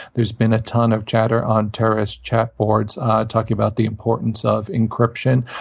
there's been a ton of chatter on terrorist chat boards talking about the importance of encryption.